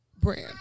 brand